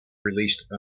released